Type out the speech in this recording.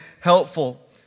helpful